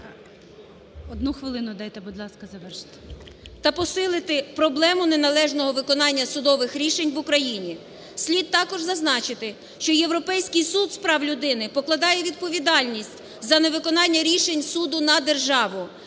Одну хвилину дайте, будь ласка, завершити. ЛУЦЕНКО І.С. ... та посилити проблему неналежного виконання судових рішень в Україні. Слід також зазначити, що Європейський суд з прав людини покладає відповідальність за невиконання рішень суду на державу,